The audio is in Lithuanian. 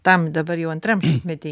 tam dabar jau antram šimtmety